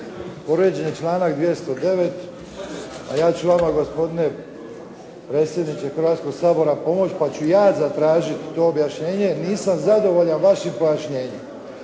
Povrijeđen je članak 209. a ja ću vama gospodine predsjedniče Hrvatskog sabora pomoći, pa ću ja zatražiti to objašnjenje. Nisam zadovoljan vašim pojašnjenjem.